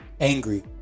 angry